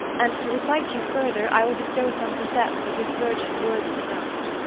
and, to requite you further, i will bestow some precepts of this virgin, worthy the note.